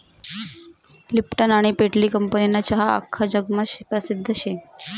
Lipton आनी पेटली कंपनीना चहा आख्खा जगमा परसिद्ध शे